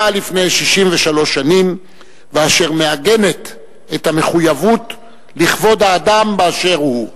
לפני 63 שנים ואשר מעגנת את המחויבות לכבוד האדם באשר הוא.